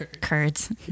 curds